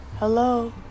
Hello